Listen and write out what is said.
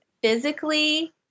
Physically